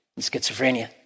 schizophrenia